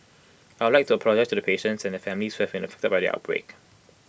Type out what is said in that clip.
I would like to apologise to the patients and their families who have been affected by the outbreak